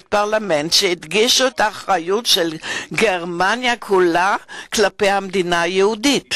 פרלמנט שהדגישו את האחריות של גרמניה כולה כלפי המדינה היהודית.